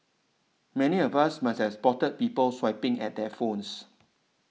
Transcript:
many of us must has spotted people swiping at their phones